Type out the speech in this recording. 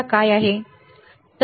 तर उत्तर होय आहे